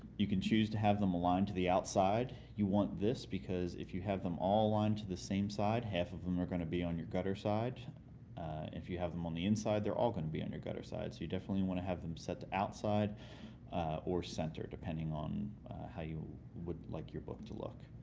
you can choose to have them all align to the outside. you want this, because if you have them all aligned to the same side, half of them are going to be on your gutter side if you have them on the inside, they are all going to be on your gutter side. so you definitely want to have them set to outside or centered depending on how you would like your book to look.